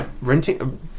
Renting